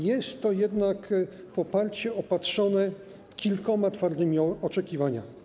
Jest to jednak poparcie opatrzone kilkoma twardymi oczekiwaniami.